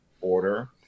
order